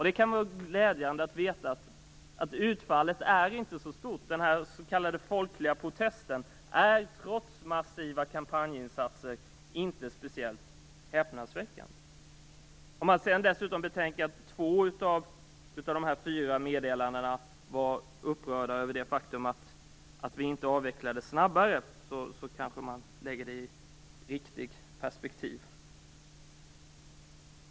Det kan vara glädjande att veta att utfallet av den folkliga protesten är, trots massiva kampanjinsatser, inte speciellt häpnadsväckande. Betänk att man i två av de fyra meddelandena var upprörda över det faktum att avvecklingen inte sker snabbare, får det hela ett riktigt perspektiv.